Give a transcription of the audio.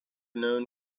known